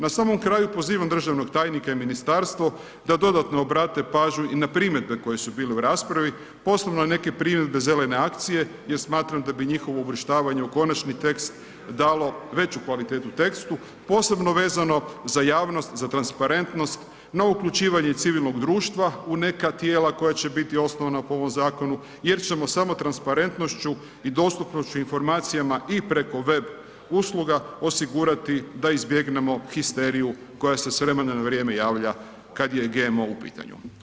Na samom kraju pozivam državnog tajnika i ministarstvo da dodatno obrate pažnju i na primjedbe koje su bile u raspravi, posebno neke primjedbe Zelene akcije jer smatram da bi njihovo uvrštavanje u konačni tekst dalo veću kvalitetu tekstu, posebno vezano za javnost, za transparentnost, na uključivanje civilnog društva u neka tijela koja će biti osnovana po ovom zakonu jer ćemo samo transparentnošću i dostupnošću informacijama i preko web usluga osigurati da izbjegnemo histeriju koja se s vremena na vrijeme javlja kada je GMO u pitanju.